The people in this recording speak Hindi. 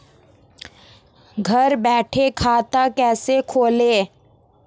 घर बैठे खाता कैसे खोलें?